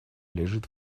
лежит